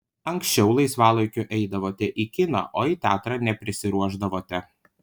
anksčiau laisvalaikiu eidavote į kiną o į teatrą neprisiruošdavote